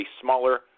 smaller